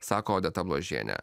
sako odeta bložienė